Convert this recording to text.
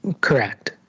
Correct